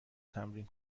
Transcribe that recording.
تمرین